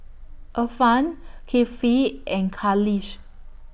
Irfan Kifli and Khalish